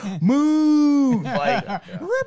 move